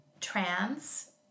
trans